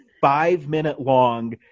five-minute-long